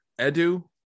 Edu